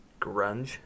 Grunge